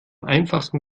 einfachsten